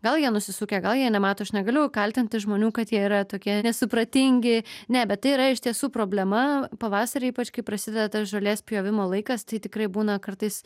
gal jie nusisukę gal jie nemato aš negaliu kaltinti žmonių kad jie yra tokie nesupratingi ne bet tai yra iš tiesų problema pavasarį ypač kai prasideda tas žolės pjovimo laikas tai tikrai būna kartais